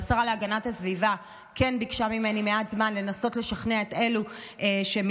והשרה להגנת הסביבה כן ביקשה ממני מעט זמן לנסות לשכנע את אלה שמתנגדים,